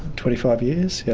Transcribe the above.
twenty five years, yeah.